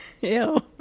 Ew